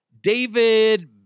David